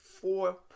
four